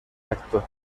acto